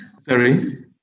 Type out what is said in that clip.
Sorry